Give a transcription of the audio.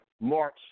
march